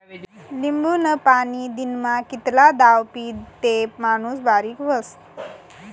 लिंबूनं पाणी दिनमा कितला दाव पीदं ते माणूस बारीक व्हस?